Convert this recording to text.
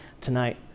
tonight